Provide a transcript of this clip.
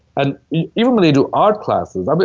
and even when they do art classes, i but